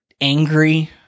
angry